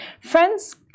Friends